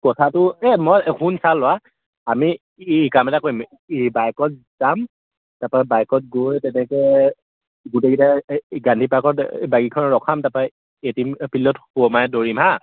কথাটো এই মই শুন চা ল'ৰা আমি এই কাম এটা কৰিম এই বাইকত যাম তাৰপৰা বাইকত গৈ তেনেকৈ গোটেইকেইটা এই গান্ধী পাৰ্কত বাইককেইখন ৰখাম তাৰপৰা এ টিম ফিল্ডত সোমাই দৌৰিম হাঁ